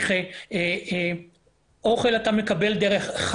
שכך אצטרך להעביר את הזמן שלי